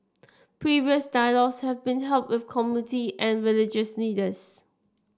previous dialogues have been held with community and religious leaders